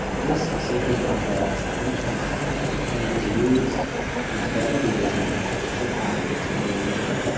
this sacred mantra is ancient and it is used in tibetan buddhism as a path to liberation.